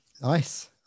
nice